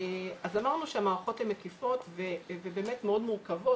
אז אמרנו שהמערכות הן מקיפות ובאמת מאוד מורכבות,